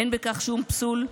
אין בכך שום פסול.